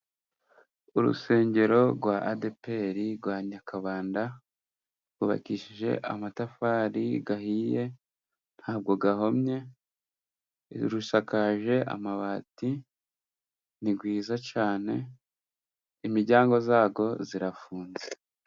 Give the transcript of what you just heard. Urusengero rwa adeperi rwa nyakabanda rwubakishije amatafari ahiye, ntabwo ahomye, rusakaje amabati ni rwiza cyane imiryango yarwo zirafunze.